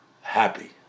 happy